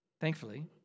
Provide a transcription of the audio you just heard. thankfully